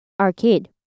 Arcade